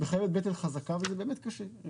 מחייבת בטן חזקה, וזה באמת קשה.